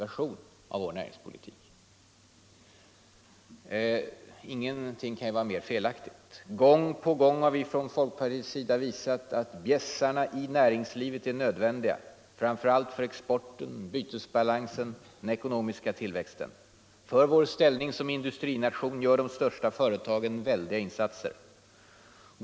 Ingenting kan vara mera felaktigt. Gång på gång har vi från folkpartiet visat att bjässarna i näringslivet är nödvändiga, framför allt för exporten, bytesbalansen och den ekonomiska tillväxten. För vår ställning som industrination gör de största företagen väldiga insatser.